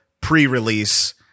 pre-release